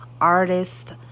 artist